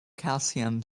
calcium